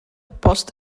post